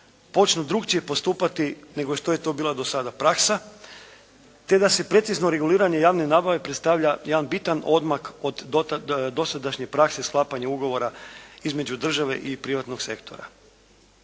počnu drukčije postupati nego što je to bila do sada praksa te da se precizno reguliranje javne nabave predstavlja jedan bitan odmak od dosadašnje prakse sklapanja ugovora između države i privatnog sektora.